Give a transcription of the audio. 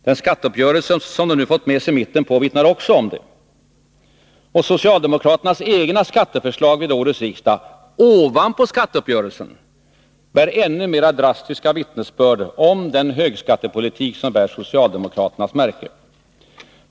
Den skatteuppgörelse som socialdemokraterna nu fått mitten med på vittnar också om det. Och socialdemokraternas egna skatteförslag vid årets riksdag — ovanpå skatteuppgörelsen — bär ännu mera drastiska vittnesbörd om den högskattepolitik som bär socialdemokraternas märke.